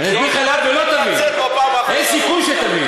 אני אגיד לך למה לא תבין, אין סיכוי שתבין.